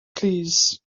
plîs